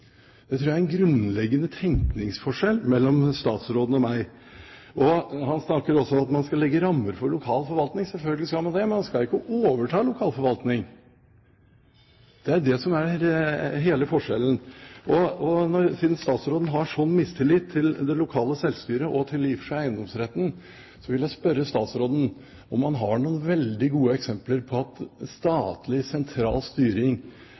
Det tror jeg er en grunnleggende forskjell i tenkningen mellom statsråden og meg. Han snakker også om at man skal legge rammer for lokal forvaltning. Selvfølgelig skal man det – men man skal ikke overta lokal forvaltning. Det er det som er hele forskjellen. Siden statsråden har en slik mistillit til det lokale selvstyret og i og for seg til eiendomsretten, vil jeg spørre statsråden om han har noen veldig gode eksempler på at statlig, sentral styring